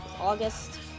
August